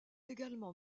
également